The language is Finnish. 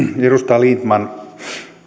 edustaja lindtman